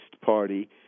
party